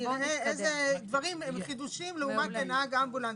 נראה איזה דברים הם חידושים לעומת נהג אמבולנס.